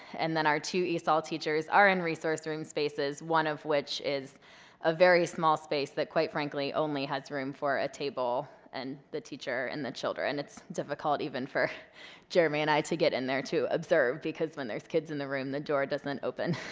and then our two esol teachers are in resource room spaces, one of which is a very small space that quite frankly only has room for a table and the teacher and the children. it's difficult even for jeremy and i to get in there to observe because when there's kids in the room the door doesn't open